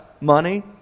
money